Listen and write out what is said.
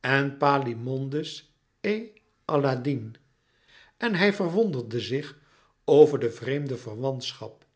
en palomides et alladine en hij verwonderde zich over de vreemde verwantschap